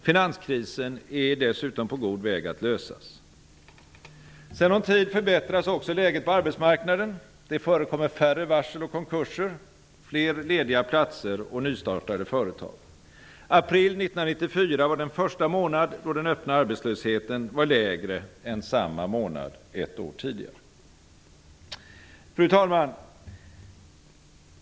Finanskrisen är dessutom på god väg att lösas. Sedan någon tid förbättras också läget på arbetsmarknaden. Det förekommer färre varsel och konkurser, fler lediga platser och nystartade företag. April 1994 var den första månad då den öppna arbetslösheten var lägre än samma månad ett år tidigare. Fru talman!